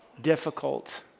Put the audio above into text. difficult